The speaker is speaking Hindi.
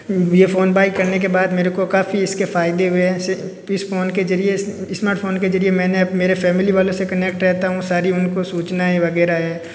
ये फ़ोन बाइ करने के बाद मेरे को काफ़ी इसके फ़ायदे हुए है इस फ़ोन के जरिये स्मार्टफ़ोन के जरिये मैंने अब मेरे फ़ैमिली वालों से कनेक्ट रहता हूँ सारी उनको सूचनाएँ वगैरह है